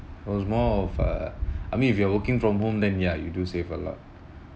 was more of a I mean if you are working from home then ya you do save a lot